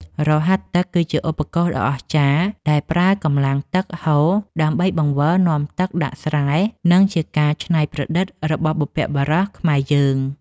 រហាត់ទឹកគឺជាឧបករណ៍ដ៏អស្ចារ្យដែលប្រើកម្លាំងទឹកហូរដើម្បីបង្វិលនាំទឹកដាក់ស្រែ និងជាការច្នៃប្រឌិតរបស់បុព្វបុរសខ្មែរយើង។